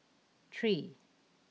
three